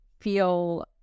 feel